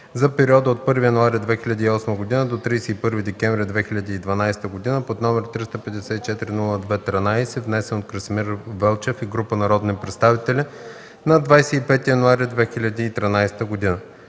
за периода от 1 януари 2008 г. до 31 декември 2012 г., № 354-02-13, внесен от Красимир Велчев и група народни представители на 25 януари 2013 г.